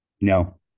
No